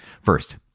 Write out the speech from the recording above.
First